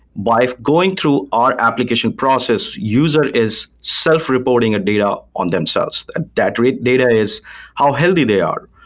by going through our application process, user is self-reporting a data on themselves. at that rate, data is how healthy they are,